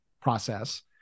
process